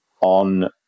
on